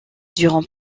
durant